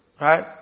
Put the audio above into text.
right